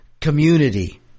community